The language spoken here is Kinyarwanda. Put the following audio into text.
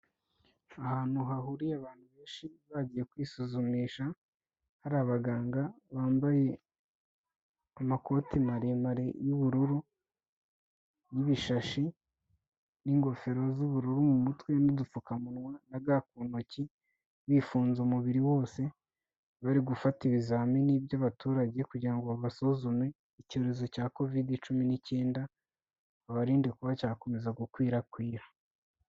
Ahantu hahuriye abantu benshi bagiye kwisuzumisha, hari abaganga bambaye amakote maremare y'ubururu y'ibishashi, n'ingofero z'ubururu mu mutwe, n'udupfukamunwa ,na ga ku ntoki, bifunze umubiri wose, bari gufata ibizamini by'abaturage kugira ngo babasuzume icyorezo cya Covid cumi n'icyenda, babarinde kuba cyakomeza gukwirakwira.